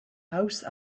house